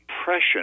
oppression